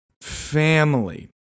family